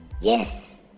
Yes